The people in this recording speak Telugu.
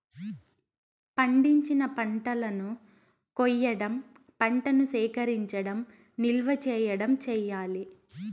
పండించిన పంటలను కొయ్యడం, పంటను సేకరించడం, నిల్వ చేయడం చెయ్యాలి